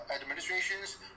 administrations